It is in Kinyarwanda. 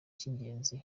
cy’ingenzi